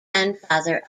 grandfather